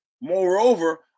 Moreover